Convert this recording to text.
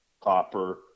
copper